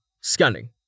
Scanning